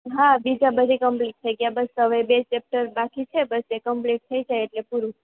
હા બીજા બધા કમ્પલીટ થઈ ગયાં બસ હવે બે ચેપ્ટર બાકી છે બસ એ કમ્પલીટ થઈ જાય એટલે પૂરું